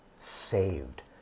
saved